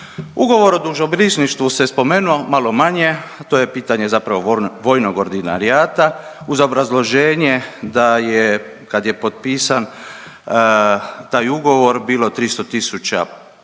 Ugovor o dušobrižništvu se spomenuo malo manje, to je pitanje zapravo Vojnog ordinarijata uz obrazloženje da je kad je potpisan taj ugovor bilo 300 tisuća